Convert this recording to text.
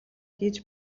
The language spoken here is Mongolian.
хийж